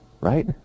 Right